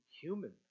human